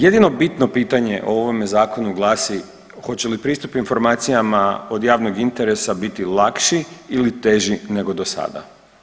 Jedino bitno pitanje o ovome zakonu glasi hoće li pristup informacijama od javnog interesa biti lakši ili teži nego dosada.